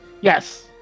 Yes